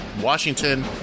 Washington